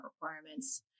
requirements